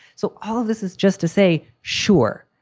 so all of this is just to say, sure,